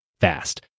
fast